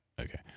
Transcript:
okay